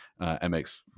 MX